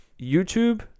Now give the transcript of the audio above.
YouTube